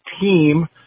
team